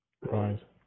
Right